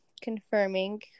confirming